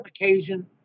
occasion